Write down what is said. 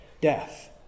Death